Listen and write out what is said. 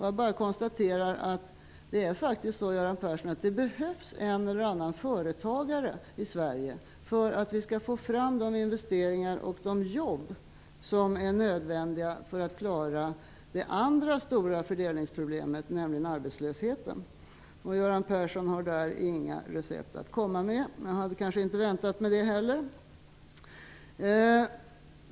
Jag konstaterar bara att det behövs en eller annan företagare i Sverige, om vi skall få fram de investeringar och de jobb som är nödvändiga för att vi skall klara det andra stora fördelningsproblemet, nämligen arbetslösheten. Göran Persson har i det sammanhanget inga recept att komma med. Jag hade kanske inte heller väntat mig det.